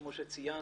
כמו שציינת,